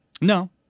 No